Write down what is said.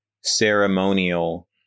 ceremonial